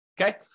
Okay